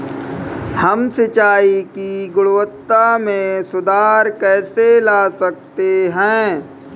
हम सिंचाई की गुणवत्ता में सुधार कैसे ला सकते हैं?